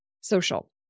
social